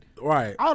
Right